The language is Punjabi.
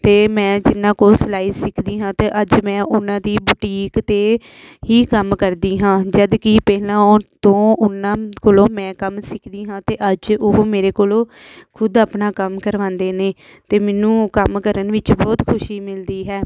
ਅਤੇ ਮੈਂ ਜਿਹਨਾਂ ਕੋਲ ਸਿਲਾਈ ਸਿੱਖਦੀ ਹਾਂ ਅਤੇ ਅੱਜ ਮੈਂ ਉਨ੍ਹਾਂ ਦੀ ਬੁਟੀਕ 'ਤੇ ਹੀ ਕੰਮ ਕਰਦੀ ਹਾਂ ਜਦੋਂ ਕਿ ਪਹਿਲਾਂ ਆਉਣ ਤੋਂ ਉਨ੍ਹਾਂ ਕੋਲੋਂ ਮੈਂ ਕੰਮ ਸਿੱਖਦੀ ਹਾਂ ਅਤੇ ਅੱਜ ਉਹ ਮੇਰੇ ਕੋਲੋਂ ਖ਼ੁਦ ਆਪਣਾ ਕੰਮ ਕਰਵਾਉਂਦੇ ਨੇ ਅਤੇ ਮੈਨੂੰ ਕੰਮ ਕਰਨ ਵਿੱਚ ਬਹੁਤ ਖ਼ੁਸ਼ੀ ਮਿਲਦੀ ਹੈ